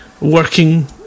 working